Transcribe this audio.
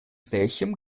welchem